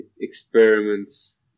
experiments